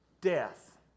death